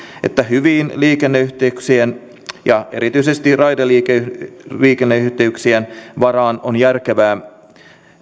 että hyvien liikenneyhteyksien ja erityisesti raideliikenneyhteyksien varaan on järkevää